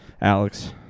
alex